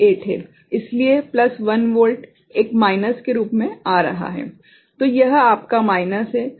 इसलिए plus 1 volt एक minus के रूप में आ रहा है तो यह आपका माइनस है